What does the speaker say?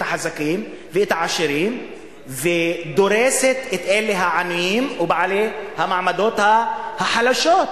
החזקים ואת העשירים ודורסת את אלה העניים ובני המעמדות החלשים.